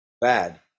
bad